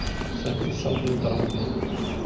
ᱥᱟᱸᱭᱛᱨᱤᱥ ᱥᱟᱞ ᱠᱚᱧ ᱯᱟᱨᱚᱢ ᱠᱮᱜᱼᱟ